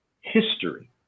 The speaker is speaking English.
history